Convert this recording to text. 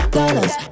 dollars